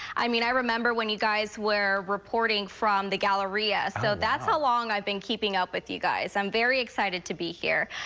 i mean, i remember when you guys were reporting from the galleria so that's how long i've been keeping up with you guys. i'm very excited to be here.